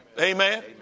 Amen